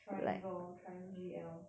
triangl trian G L